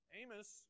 Amos